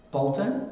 Bolton